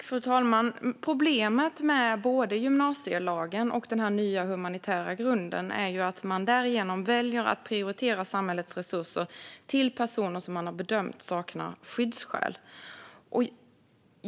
Fru talman! Problemet med både gymnasielagen och den nya humanitära grunden är att man därigenom väljer att prioritera samhällets resurser till personer som man har bedömt saknar skyddsskäl.